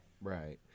Right